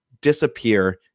disappear